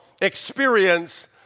experience